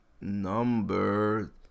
number